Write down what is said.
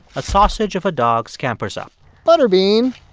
a sausage of a dog scampers up butterbean